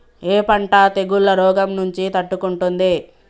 ఏ పంట తెగుళ్ల రోగం నుంచి తట్టుకుంటుంది?